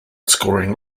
scoring